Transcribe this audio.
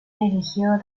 eligió